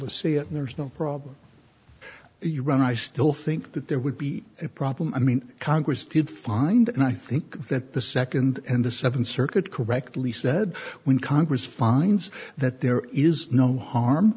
to see it and there's no problem you run i still think that there would be a problem i mean congress did find and i think that the second and the seventh circuit correctly said when congress finds that there is no harm